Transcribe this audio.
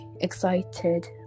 excited